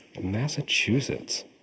Massachusetts